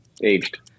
aged